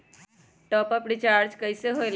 Top up recharge कइसे होएला?